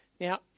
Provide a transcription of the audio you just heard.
now